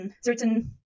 certain